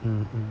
hmm hmm